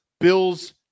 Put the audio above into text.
Bill's